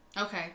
Okay